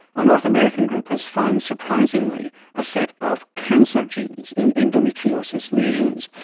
a north american group has found surprisingly a set of cancer genes in endometriosis legions.